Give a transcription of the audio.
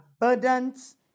burdens